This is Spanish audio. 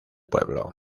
pueblo